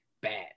bad